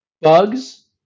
bugs